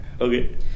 Okay